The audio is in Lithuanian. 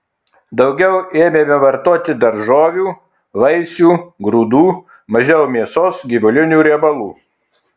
daugiau ėmėme vartoti daržovių vaisių grūdų mažiau mėsos gyvulinių riebalų